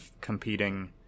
competing